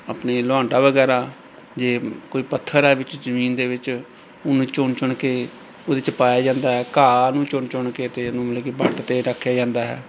ਆਪਣੀ ਲਾਂਟਾ ਵਗੈਰਾ ਜੇ ਕੋਈ ਪੱਥਰ ਹੈ ਵਿੱਚ ਜ਼ਮੀਨ ਦੇ ਵਿੱਚ ਉਹਨੂੰ ਚੁਣ ਚੁਣ ਕੇ ਉਹਦੇ 'ਚ ਪਾਇਆ ਜਾਂਦਾ ਘਾਹ ਨੂੰ ਚੁਣ ਚੁਣ ਕੇ ਅਤੇ ਇਹਨੂੰ ਮਤਲਬ ਕਿ ਵੱਟ 'ਤੇ ਰੱਖਿਆ ਜਾਂਦਾ ਹੈ